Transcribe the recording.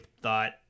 thought